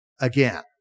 Again